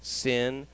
sin